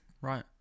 Right